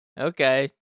Okay